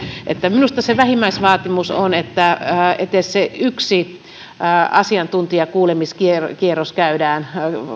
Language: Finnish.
minusta se vähimmäisvaatimus on että edes se yksi asiantuntijakuulemiskierros käydään